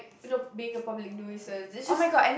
you know being a public nuisance it's just